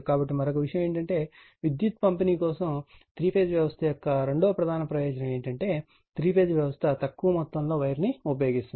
కాబట్టి మరొక విషయం ఏమిటంటే విద్యుత్ పంపిణీ కోసం 3 ఫేజ్ వ్యవస్థ యొక్క రెండవ ప్రధాన ప్రయోజనం ఏమిటంటే 3 ఫేజ్ వ్యవస్థ తక్కువ మొత్తంలో వైర్ను ఉపయోగిస్తుంది